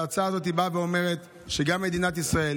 ההצעה הזאת באה ואומרת שגם מדינת ישראל,